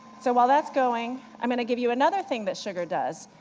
so while that's going, i'm going to give you another thing that sugar does.